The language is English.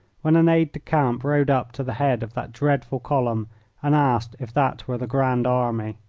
when an aide-de-camp rode up to the head of that dreadful column and asked if that were the grand army.